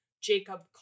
Jacob